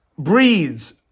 breeds